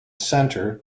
center